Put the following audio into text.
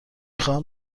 خواهم